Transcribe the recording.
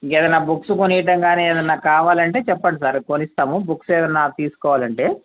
ఏదైనా బుక్స్ కొనివ్వడం కానీ ఏదైనా కావాలంటే చెప్పండి సార్ కొనిస్తాము బుక్స్ ఏదైనా తీసుకోవాలంటే